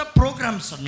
programs